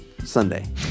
Sunday